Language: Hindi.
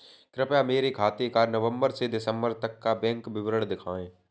कृपया मेरे खाते का नवम्बर से दिसम्बर तक का बैंक विवरण दिखाएं?